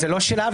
זאת לא שאלה.